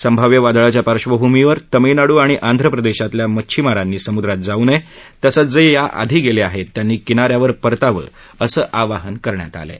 संभाव्य वादळाच्या पार्बभूमीवर तमिळनाडू आणि आंध्र प्रदेशातल्या मच्छीमारांनी समुद्रात जाऊ नये तसंच जे याआधी गेले आहेत त्यांनी किनाऱ्यावर परतावं असं आवाहन करण्यात आलं आहे